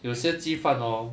有些鸡饭 hor